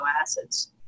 acids